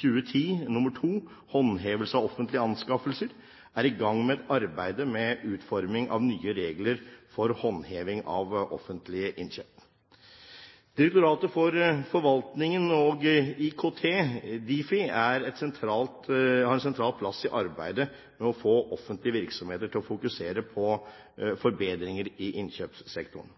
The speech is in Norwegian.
2010:2 Håndhevelse av offentlige anskaffelser, er i gang med et arbeid med utforming av nye regler for håndheving av offentlige innkjøp. Direktoratet for forvaltning og IKT – Difi – har en sentral plass i arbeidet med å få offentlige virksomheter til å fokusere på forbedringer i innkjøpssektoren.